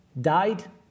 died